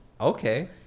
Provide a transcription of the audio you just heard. Okay